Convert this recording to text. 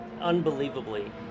unbelievably